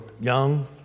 young